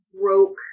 broke